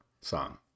song